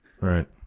Right